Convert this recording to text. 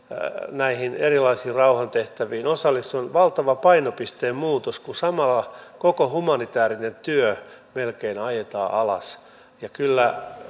näihin erilaisiin rauhantehtäviin osallistumisessa valtava painopisteen muutos kun samalla koko humanitäärinen työ melkein ajetaan alas ja kyllä